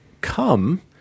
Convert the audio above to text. come